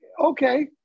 Okay